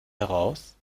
heraus